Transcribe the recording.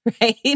right